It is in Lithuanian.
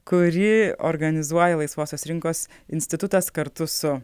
kurį organizuoja laisvosios rinkos institutas kartu su